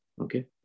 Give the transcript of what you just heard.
Okay